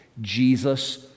Jesus